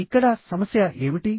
ఇక్కడ సమస్య ఏమిటి